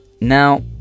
Now